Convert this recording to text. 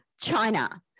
China